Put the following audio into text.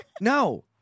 no